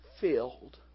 filled